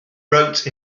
wrote